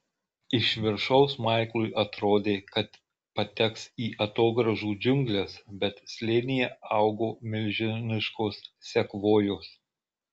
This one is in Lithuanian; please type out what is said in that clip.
iš viršaus maiklui atrodė kad pateks į atogrąžų džiungles bet slėnyje augo milžiniškos sekvojos